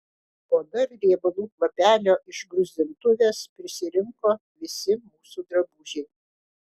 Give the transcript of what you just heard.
o dar riebalų kvapelio iš gruzdintuvės prisirinko visi mūsų drabužiai